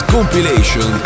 Compilation